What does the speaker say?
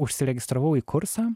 užsiregistravau į kursą